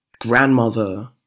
grandmother